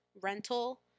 rental